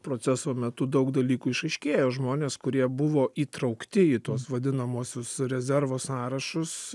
proceso metu daug dalykų išaiškėjo žmonės kurie buvo įtraukti į tuos vadinamuosius rezervo sąrašus